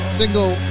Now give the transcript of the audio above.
single